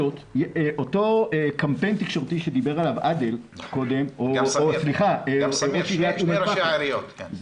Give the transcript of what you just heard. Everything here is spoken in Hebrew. אותו קמפיין תקשורתי שדיבר עליו עאדל קודם או ראש עיריית אום אל פאחם,